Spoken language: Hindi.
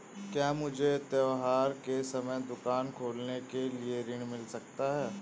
क्या मुझे त्योहार के समय दुकान खोलने के लिए ऋण मिल सकता है?